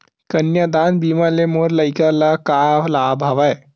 कन्यादान बीमा ले मोर लइका ल का लाभ हवय?